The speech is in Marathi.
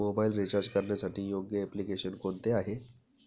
मोबाईल रिचार्ज करण्यासाठी योग्य एप्लिकेशन कोणते आहे?